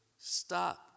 Stop